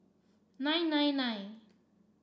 nine nine nine